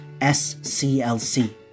SCLC